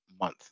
month